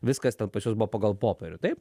viskas ten pas juos buvo pagal popierių taip